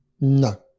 No